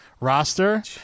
roster